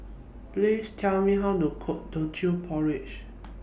Please Tell Me How to Cook Teochew Porridge